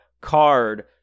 card